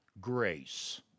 grace